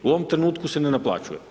U ovom trenutku se ne naplaćuje.